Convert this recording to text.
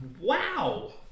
Wow